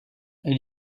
elle